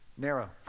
narrow